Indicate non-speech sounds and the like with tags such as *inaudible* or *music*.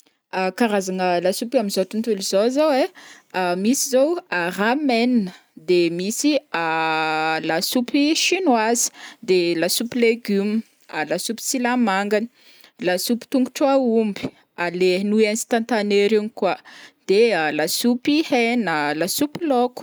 *hesitation* karazagna lasopy amin'izao tontolo izao zao ai, *hesitation* misy zao o *hesitation* ramen, de misy *hesitation* lasopy chinoise, de lasopy légumes, *hesitation* lasopy silamangany, lasopy tongr'aomby, *hesitation* leha nouilles instantanées regny koa, de *hesitation* lasopy hena, lasopy laoko.